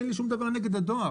אין לי שום דבר נגד הדואר,